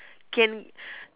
can